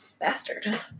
Bastard